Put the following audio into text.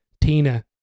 Tina